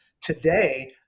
Today